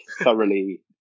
thoroughly